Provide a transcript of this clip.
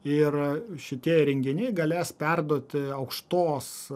ir šitie įrenginiai galės perduoti aukštos